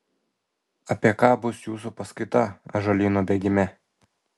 apie ką bus jūsų paskaita ąžuolyno bėgime